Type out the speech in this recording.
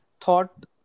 thought